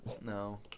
No